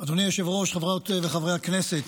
אדוני היושב-ראש, חברות וחברי הכנסת,